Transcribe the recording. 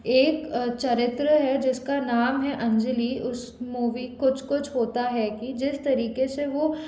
एक चरित्र है जिसका नाम है अंजली उस मूवी कुछ कुछ होता है की जिस तरीके से वो